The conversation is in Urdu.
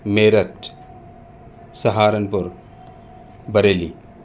میرٹھ سہارنپور بریلی